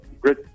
Great